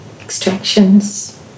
extractions